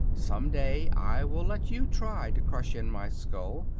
some day i will let you try to crush in my skull,